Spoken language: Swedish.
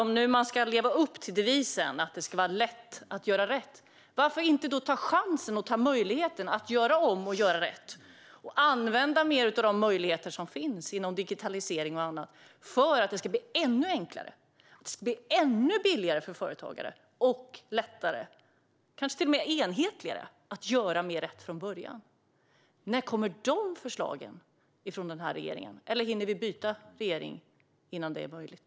Om man nu ska leva upp till devisen att det ska vara lätt att göra rätt, varför inte ta chansen och möjligheten att göra om och göra rätt och använda mer av de möjligheter som finns inom digitalisering och annat för att det ska bli ännu enklare och billigare och kanske till och med enhetligare för företagare att göra mer rätt från början? När kommer de förslagen från den här regeringen? Eller hinner vi byta regering innan det är möjligt?